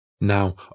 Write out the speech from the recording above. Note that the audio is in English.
Now